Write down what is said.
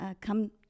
come